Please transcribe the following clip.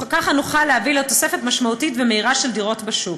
ככה נוכל להביא לתוספת משמעותית ומהירה של דירות בשוק.